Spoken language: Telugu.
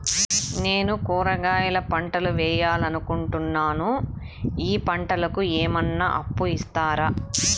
నేను కూరగాయల పంటలు వేయాలనుకుంటున్నాను, ఈ పంటలకు ఏమన్నా అప్పు ఇస్తారా?